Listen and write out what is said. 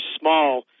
small